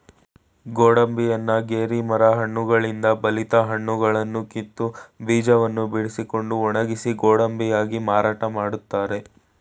ಗೋಡಂಬಿಯನ್ನ ಗೇರಿ ಮರ ಹಣ್ಣುಗಳಿಂದ ಬಲಿತ ಹಣ್ಣುಗಳನ್ನು ಕಿತ್ತು, ಬೀಜವನ್ನು ಬಿಡಿಸಿಕೊಂಡು ಒಣಗಿಸಿ ಗೋಡಂಬಿಯಾಗಿ ಮಾರಾಟ ಮಾಡ್ತರೆ